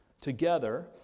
together